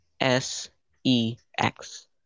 S-E-X